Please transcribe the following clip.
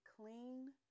clean